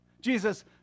Jesus